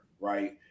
right